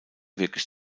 wirklich